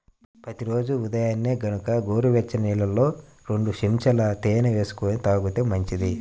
ప్రతి రోజూ ఉదయాన్నే గనక గోరువెచ్చని నీళ్ళల్లో రెండు చెంచాల తేనె వేసుకొని తాగితే మంచిది